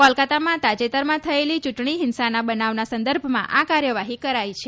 કોલકાતામાં તાજેતરમાં થયેલી ચૂંટણી હિંસાના બનાવના સંદર્ભમાં આ કાર્યવાહી કરાઈ છે